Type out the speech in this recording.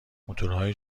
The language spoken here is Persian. موتورهای